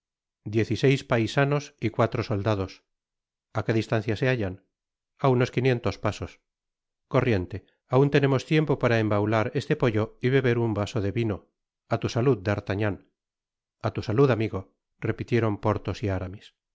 diez y seis paisanos y cuatro soldados a qué distancia se hallan a anos quinientos pasos corriente aun tenemos tiempo para embaular este pollo y beber un vaso de vino a tu salud d'artagnan a tu salud amigo repitieron porthos y aramis